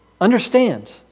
Understand